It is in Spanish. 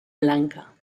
blanca